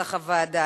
כנוסח הוועדה.